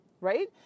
right